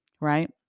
right